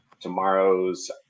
tomorrow's